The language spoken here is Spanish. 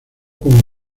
como